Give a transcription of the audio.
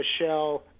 Michelle